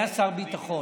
היה שר ביטחון,